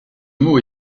mot